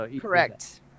Correct